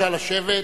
נא לשבת.